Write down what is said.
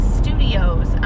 studios